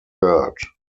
third